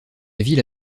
ville